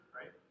right